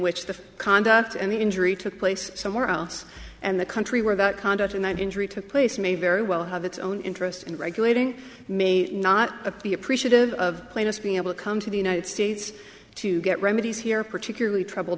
which the conduct and injury took place somewhere else and the country were about conduct and that injury took place may very well have its own interest in regulating may not be appreciative of plainest being able to come to the united states to get remedies here particularly trouble